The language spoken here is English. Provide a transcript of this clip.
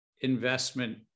investment